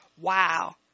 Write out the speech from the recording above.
Wow